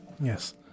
yes